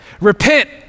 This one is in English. Repent